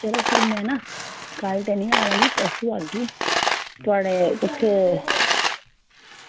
चलो ठीक ऐ में फिर ना कल्ल निं पर परसों आह्गी थुआढ़े उत्थें